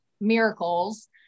miracles